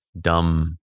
dumb